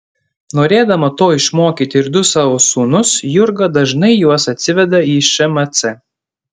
norėdama to išmokyti ir du savo sūnus jurga dažnai juos atsiveda į šmc